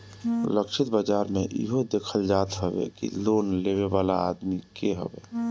लक्षित बाजार में इहो देखल जात हवे कि लोन लेवे वाला आदमी के हवे